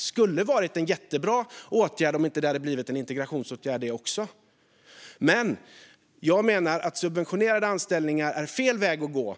skulle ha varit en jättebra åtgärd om det inte också hade blivit en integrationsåtgärd. Jag menar att subventionerade anställningar är fel väg att gå.